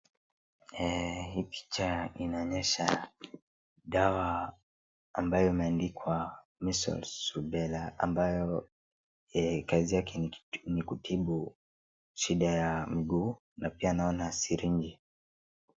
Hii picha inaonyesha dawa ambayo imeandikwa MEASLES RUBELLA ambayo kazi yake ni kutibu shida ya miguu na pia naona syringe .